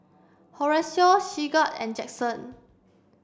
Horacio Sigurd and Jackson